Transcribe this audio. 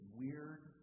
weird